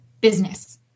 business